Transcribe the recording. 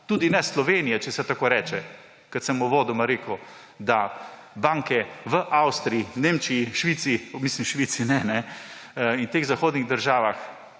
Tudi ne Slovenije, če se tako reče, kot sem uvodoma rekel, da banke v Avstriji, Nemčiji, Švici ‒ v bistvu Švici ne ‒ in teh zahodnih državah